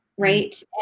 Right